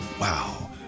Wow